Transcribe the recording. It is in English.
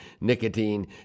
nicotine